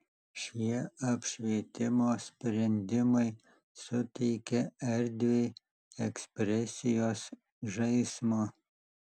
šie apšvietimo sprendimai suteikia erdvei ekspresijos žaismo